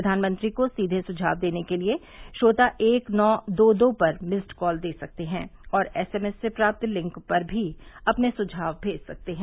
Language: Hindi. प्रधानमंत्री को सीधे सुझाव देने के लिए श्रोता एक नौ दो दो पर मिस्ड कॉल दे सकते हैं और एसएमएस से प्राप्त लिंक पर भी अपने सुझाव भेज सकते हैं